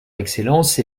excellence